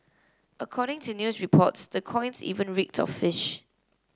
according to news reports the coins even reeked of fish